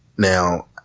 Now